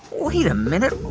wait a minute.